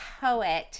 poet